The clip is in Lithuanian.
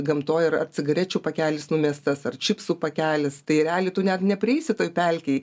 gamtoj yra ar cigarečių pakelis numestas ar čipsų pakelis tai realiai tu net neprieisi toj pelkėj